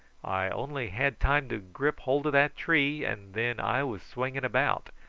i only had time to grip hold of that tree, and then i was swinging about.